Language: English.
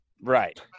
Right